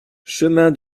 chemin